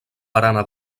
barana